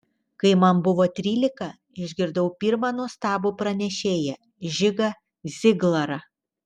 kai man buvo trylika išgirdau pirmą nuostabų pranešėją žigą ziglarą